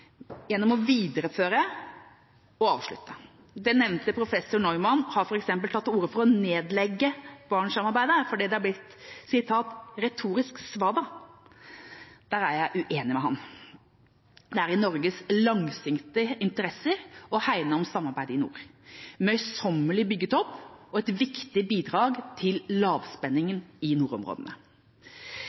gjennom å videreføre og avslutte. Den nevnte professor Neumann har f.eks. tatt til orde for å nedlegge Barentssamarbeidet, fordi det er blitt retorisk svada. Der er jeg uenig. Det er i Norges langsiktige interesser å hegne om samarbeidet i nord, møysommelig bygget opp og et viktig bidrag til lavspenningen i nordområdene.